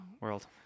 world